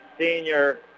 Senior